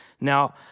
Now